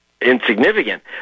insignificant